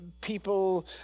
people